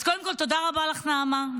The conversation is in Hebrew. אז קודם כול תודה רבה לך, נעמה.